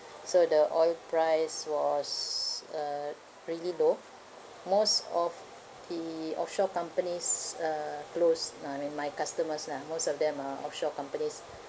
so the oil price was uh uh really low most of the offshore companies uh close (uh)I mean my customers lah most of them are offshore companies